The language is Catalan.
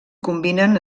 combinen